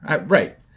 right